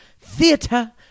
theater